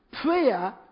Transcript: Prayer